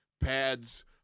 pads